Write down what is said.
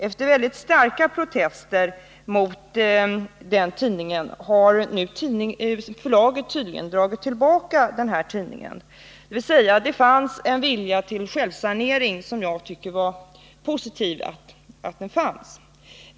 Efter mycket starka protester mot den tidningen har förlaget nu tydligen dragit tillbaka den, dvs. det fanns en vilja till självsanering som jag tycker är positiv.